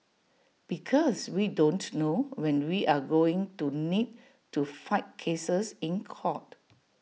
because we don't know when we're going to need to fight cases in court